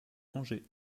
angers